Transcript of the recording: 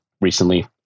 recently